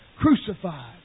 crucified